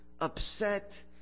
upset